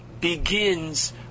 begins